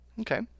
Okay